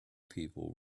people